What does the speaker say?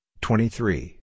twenty-three